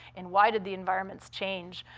and why did the environments change?